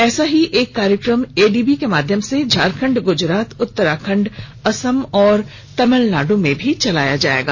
ऐसा ही एक कार्यक्रम एडीबी के माध्यम से झारखंड गुजरात उत्तराखंड असम और तमिलनाडु में भी चलेगा